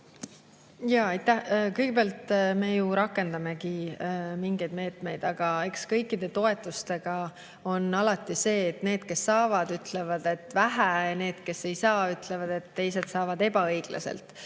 Kõigepealt, me ju rakendamegi mingeid meetmeid. Aga eks kõikide toetustega on alati nii, et need, kes saavad, ütlevad, et seda on vähe, ja need, kes ei saa, ütlevad, et teised saavad ebaõiglaselt.